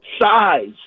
size